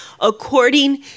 according